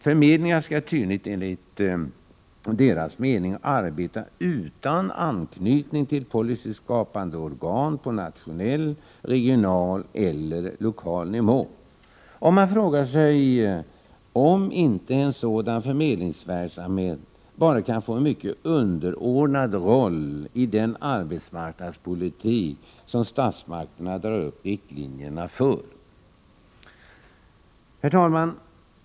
Förmedlingarna skall tydligen enligt moderaternas mening arbeta utan anknytning till policyskapande organ på nationell, regional eller lokal nivå. Man frågar sig om inte en sådan förmedlingsverksamhet bara får en mycket underordnad roll i den arbetsmarknadspolitik som statsmakterna drar upp riktlinjerna för. Herr talman!